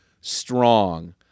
strong